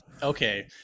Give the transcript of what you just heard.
Okay